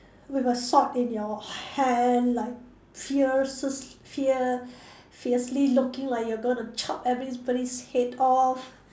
with a sword in your hand like fiercest fear fiercely looking like you're going to chop everybody's head off